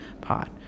pot